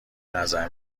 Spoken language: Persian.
نظر